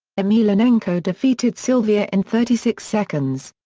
emelianenko defeated sylvia in thirty six seconds.